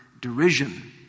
derision